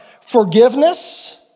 forgiveness